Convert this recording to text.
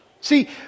See